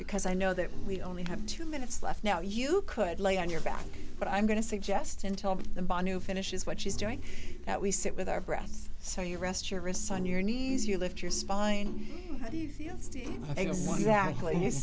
because i know that we only have two minutes left now you could lay on your back but i'm going to suggest until the banu finishes what she's doing that we sit with our breasts so you rest your wrists on your knees you lift your spine